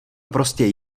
prostě